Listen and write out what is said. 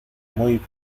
muy